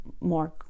more